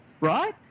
right